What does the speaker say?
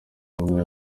ubumwe